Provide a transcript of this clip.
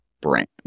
brand